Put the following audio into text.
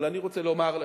אבל אני רוצה לומר לך,